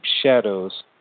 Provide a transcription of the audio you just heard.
shadows